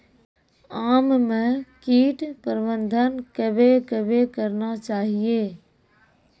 आम मे कीट प्रबंधन कबे कबे करना चाहिए?